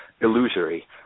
illusory